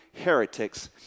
heretics